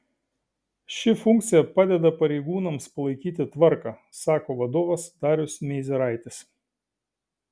ši funkcija padeda pareigūnams palaikyti tvarką sako vadovas darius meizeraitis